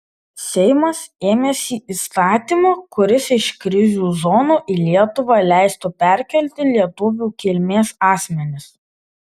seimas ėmėsi įstatymo kuris iš krizių zonų į lietuvą leistų perkelti lietuvių kilmės asmenis